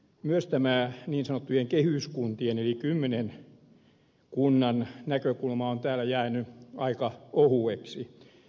myös tämä niin sanottujen kehyskuntien eli kymmenen kunnan näkökulma on täällä jäänyt aika ohueksi